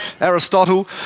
Aristotle